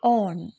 on